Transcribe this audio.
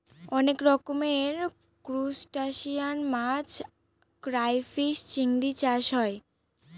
অনেক রকমের ত্রুসটাসিয়ান মাছ ক্রাইফিষ, চিংড়ি চাষ হয়